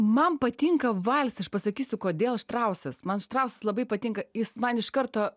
man patinka valsas aš pasakysiu kodėl štrausas man štrausas labai patinka jis man iš karto